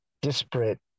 disparate